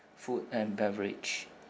food and beverage